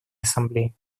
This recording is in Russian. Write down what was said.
ассамблеи